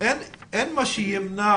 אין מה שימנע